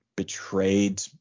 Betrayed